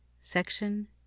Section